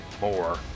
more